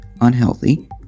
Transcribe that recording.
unhealthy